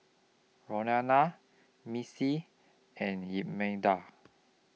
Rhona Missy and Imelda